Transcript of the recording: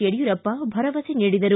ಯಡಿಯೂರಪ್ಪ ಭರವಸೆ ನೀಡಿದರು